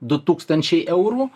du tūkstančiai eurų